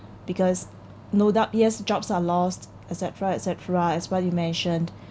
because no doubt yes jobs are lost etcetera etcetera as what you mentioned